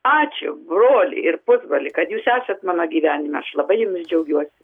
ačiū broli ir pusbroli kad jūs esat mano gyvenime aš labai jumis džiaugiuosi